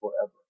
forever